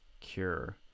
cure